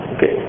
Okay